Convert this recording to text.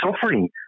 suffering